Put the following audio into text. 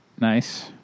Nice